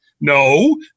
No